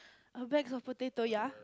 a bags of potato ya